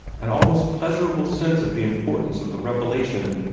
an almost pleasurable sense of the importance of the revelation.